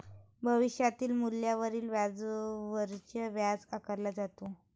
भविष्यातील मूल्यावरील व्याजावरच व्याज आकारले जाते